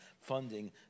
funding